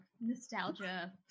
nostalgia